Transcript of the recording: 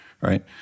right